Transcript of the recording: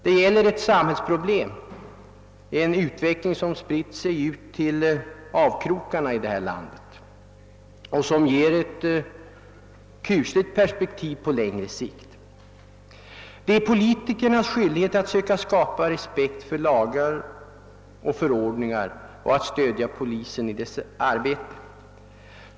Det gäller ett samhällsproblem och en utveckling som spritt sig till avkrokarna i landet, och det ger ett kusligt perspektiv på längre sikt. Det är politikernas skyldighet att söka skapa respekt för lagar och förordningar och att stödja polisen i dess arbete.